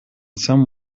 some